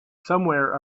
somewhere